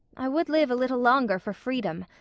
i would live a little longer for freedom,